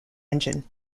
engine